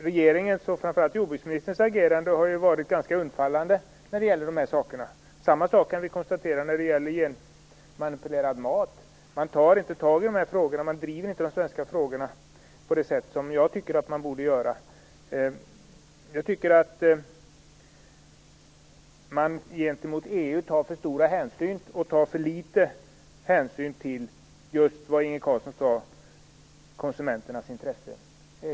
Regeringens och framför allt jordbruksministerns agerande har ju varit ganska undfallande i dessa frågor. Samma sak kan vi konstatera när det gäller genmanipulerad mat. Man driver inte de svenska frågorna på det sätt som jag tycker att man borde göra. Jag tycker att man tar för stora hänsyn gentemot EU och för litet hänsyn till just, som Inge Carlsson sade, konsumenternas intresse.